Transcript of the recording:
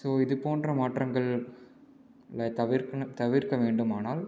so இதுப்போன்ற மாற்றங்களை தவிர்க்கணும் தவிர்க்க வேண்டுமானால்